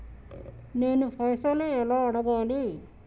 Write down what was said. నేను పైసలు ఎలా అడగాలి?